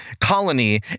colony